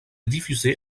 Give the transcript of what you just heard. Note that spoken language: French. diffusée